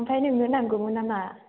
ओमफ्राय नोंनो नांगौमोन नामा